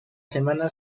semana